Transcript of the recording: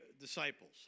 disciples